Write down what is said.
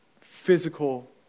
physical